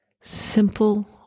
simple